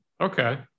okay